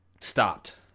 stopped